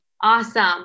Awesome